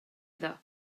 iddo